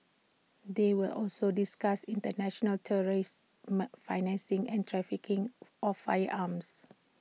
they will also discuss International terrorist my financing and trafficking of firearms